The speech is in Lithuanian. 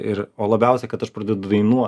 ir o labiausia kad aš pradedu dainuoti